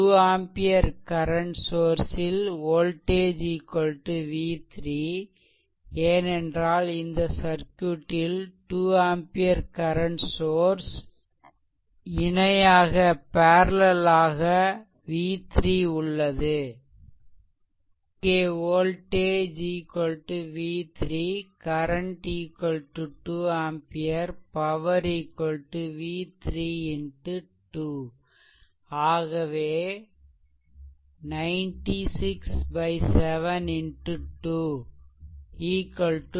2 ampere current source ல் voltage v3 ஏனென்றால் இந்த சர்க்யூட்டில் 2 ஆம்பியர் கரண்ட் சோர்ஸ் க்கு இணையாக ஆக V3 உள்ளது இங்கே voltage v3 current 2 ampere power v3 X 2 ஆகவேதான் 96 7 X 2